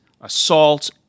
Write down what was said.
assault